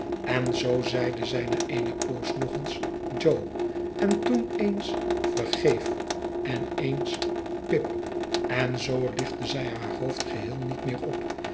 en zoo zeide zij na eene poos nog eens jo en toen eens vergeef en eens pip en zoo lichtte zij haar hoofd geheel niet meer op